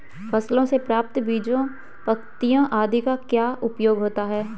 फसलों से प्राप्त बीजों पत्तियों आदि का क्या उपयोग होता है?